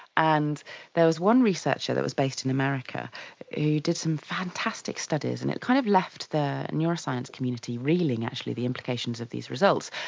and there was one researcher that was based in america who did some fantastic studies, and it kind of left the neuroscience community reeling actually, the implications of these results.